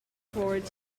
forward